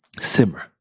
simmer